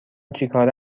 چیکاره